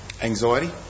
anxiety